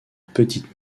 petite